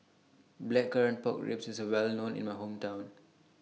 Blackcurrant Pork Ribs IS Well known in My Hometown